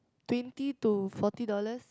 twenty to forty dollars